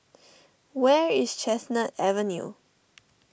where is Chestnut Avenue